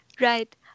Right